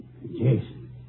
Jason